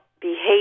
behavior